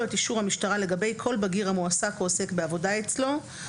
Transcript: את אישור המשטרה לגבי כל בגיר המועסק או עוסק בעבודה אצלו,